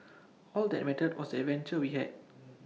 all that mattered was adventure we had